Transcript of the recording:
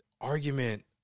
argument